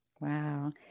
Wow